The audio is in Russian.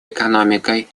экономикой